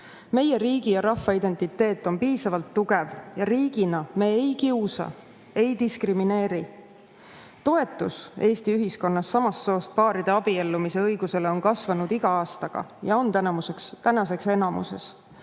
Meie riigi ja rahva identiteet on piisavalt tugev ja riigina me ei kiusa, ei diskrimineeri. Toetus Eesti ühiskonnas samast soost paaride abiellumise õigusele on kasvanud iga aastaga ja on tänaseks enamuses.